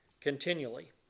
continually